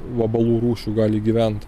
vabalų rūšių gali gyvent